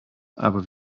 aber